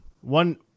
one